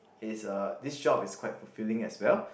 is uh this job is quite fulfilling as well